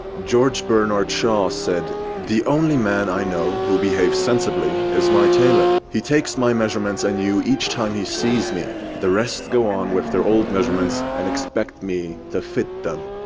george bernard shaw said the only man i know who behaves sensibly is my tailor he takes my measurements anew each time he sees me. the rest go on with their old measurements and expect me to fit them.